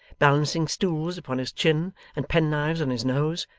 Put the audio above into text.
balancing stools upon his chin and penknives on his nose,